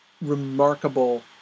remarkable